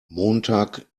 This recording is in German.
montag